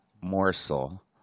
morsel